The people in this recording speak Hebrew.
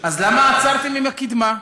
אז למה עצרתם עם הקדמה?